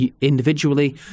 individually